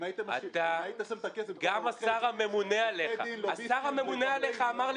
אם היית שֹם את הכסף במקום על לוביסטים --- השר הממונה עליך אמר לי